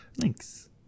thanks